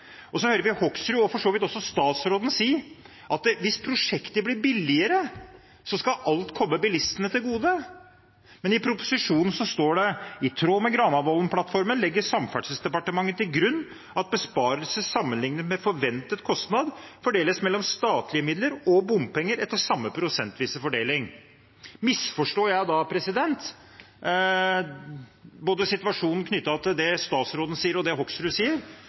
bompengeandel. Så hører vi representanten Hoksrud – og for så vidt også statsråden – si at hvis prosjektet blir billigere, skal alt komme bilistene til gode. Men i proposisjonen står det: «I tråd med Granavoldenplattformen legger Samferdselsdepartementet til grunn at besparelser sammenliknet med forventet kostnad fordeles mellom statlige midler og bompenger etter samme prosentvise fordeling.» Misforstår jeg da situasjonen med hensyn til både det statsråden sier, og det representanten Hoksrud sier?